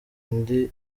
indi